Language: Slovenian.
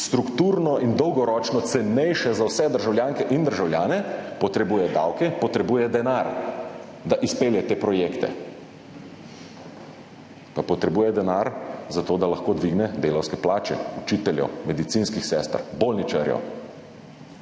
strukturno in dolgoročno cenejše za vse državljanke in državljane, potrebuje davke, potrebuje denar, da izpelje te projekte. Potrebuje denar, zato da lahko dvigne delavske plače učiteljev, medicinskih sester, bolničarjev.